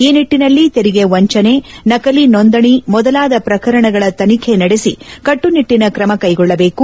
ಈ ನಿಟ್ಟನಲ್ಲಿ ತೆರಿಗೆ ವಂಚನೆ ನಕಲಿ ನೋಂದಣಿ ಮೊದಲಾದ ಪ್ರಕರಣಗಳ ತನಿಖೆ ನಡೆಸಿ ಕಟ್ಟು ನಿಟ್ಟನ್ ಕ್ರಮ ಕೈಗೊಳ್ಳಬೇಕು